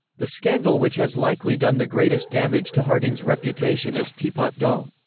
the scandal which has likely done the greatest damage to harding's reputation is teapot dome.